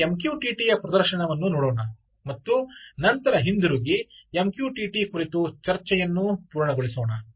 ಈ MQTT ಯ ಪ್ರದರ್ಶನವನ್ನು ನೋಡೋಣ ಮತ್ತು ನಂತರ ಹಿಂತಿರುಗಿ MQTT ಕುರಿತು ಚರ್ಚೆಯನ್ನು ಪೂರ್ಣಗೊಳಿಸೋಣ